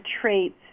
traits